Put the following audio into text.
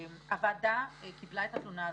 הוועדה קיבלה את התלונה הזאת,